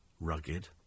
Rugged